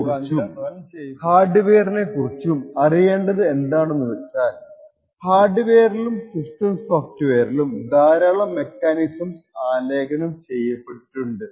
അപ്പോൾ നമുക്ക് ഓപ്പറേറ്റിംഗ് സിസ്റ്റത്തെ കുറിച്ചും ഹാർഡ് വേറിനെ കുറിച്ചും അറിയേണ്ടത് എന്തന്നെന്നു വച്ചാൽ ഹാർഡ് വേറിലും സിസ്റ്റം സോഫ്റ്റ് വേറിലും ധാരാളം മെക്കാനിസംസ് ആലേഖനം ചെയ്യപ്പെട്ടിട്ടുണ്ട്